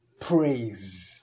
praise